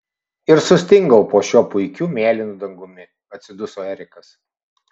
ir sustingau po šiuo puikiu mėlynu dangumi atsiduso erikas